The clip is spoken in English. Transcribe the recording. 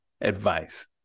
advice